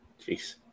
Jeez